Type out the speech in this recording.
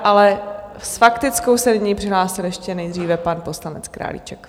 Ale s faktickou se přihlásil ještě nejdříve pan poslanec Králíček.